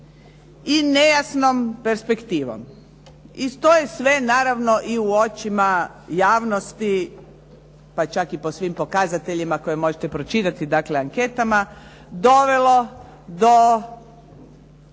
i nejasnom perspektivom. I to je sve naravno i u očima javnosti, pa čak i po svim pokazateljima koje možete pročitati. Dakle, anketama dovelo do